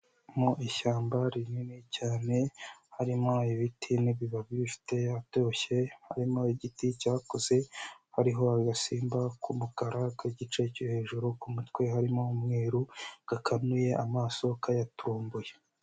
Mu ishyamba rinini cyane, harimo ibiti n'ibibabi bifite atoshye, harimo igiti cyakuze, hariho agasimba k'umukara k'igice cyo hejuru, ku mutwe harimo umweru, gakanuye amaso kayaturumbuye.